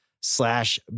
slash